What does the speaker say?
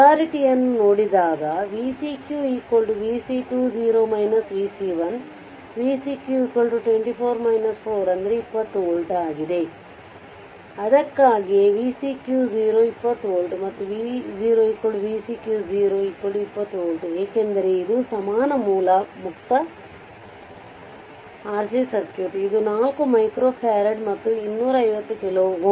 ಪೊಲಾರಿಟಿಯನ್ನು ನೋಡಿದಾಗ ಅಂದರೆ v cq v C2 0 v C1 v cq24 4 20 volt ಅದಕ್ಕಾಗಿಯೇ v cq 20 ವೋಲ್ಟ್ ಮತ್ತು v0 v cq 20 ವೋಲ್ಟ್ ಏಕೆಂದರೆ ಇದು ಸಮಾನ ಮೂಲ ಮುಕ್ತRC ಸರ್ಕ್ಯೂಟ್ ಇದು 4 ಮೈಕ್ರೋ ಫರಾಡ್ ಮತ್ತು 2 50 ಕಿಲೋΩ